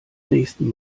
nächsen